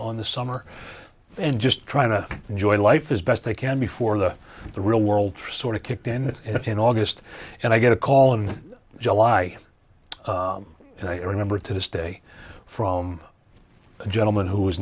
on the summer and just trying to enjoy life as best they can before the the real world sort of kicked in in august and i got a call in july and i remember to this day from a gentleman who is